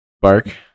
Bark